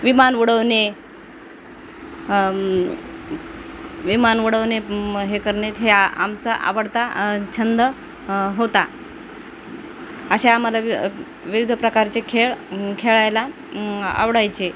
विमान उडवणे विमान उडवणे हे करणे हे आमचा आवडता छंद होता अशा आम्हाला विविध प्रकारचे खेळ खेळायला आवडायचे